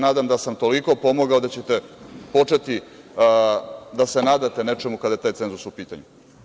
Nadam se da sam toliko pomogao da ćete početi da se nadate nečemu kad je taj cenzus u pitanju.